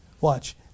Watch